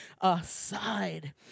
aside